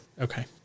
Okay